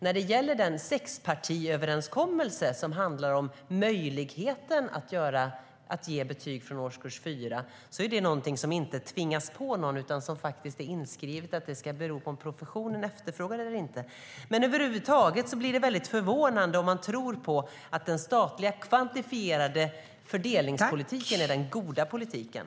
När det gäller den sexpartiöverenskommelse som handlar om möjligheten att ge betyg från årskurs 4 är det ingenting som tvingas på någon. Det finns inskrivet att det är beroende av om professionen efterfrågar det eller inte. Över huvud taget är det mycket förvånande om man tror att den statliga kvantifierade fördelningspolitiken är den goda politiken.